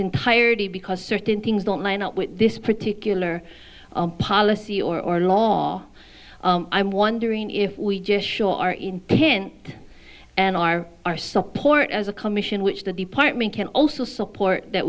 entirety because certain things don't line up with this particular policy or long i'm wondering if we just show our intent and our our support as a commission which the department can also support that